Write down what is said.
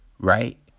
Right